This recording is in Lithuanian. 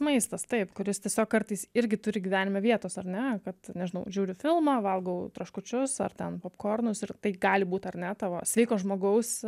maistas taip kuris tiesiog kartais irgi turi gyvenime vietos ar ne kad nežinau žiūriu filmą valgau traškučius ar ten popkornus ir tai gali būt ar ne tavo sveiko žmogaus